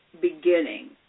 beginning –